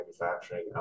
manufacturing